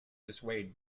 dissuade